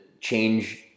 change